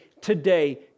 today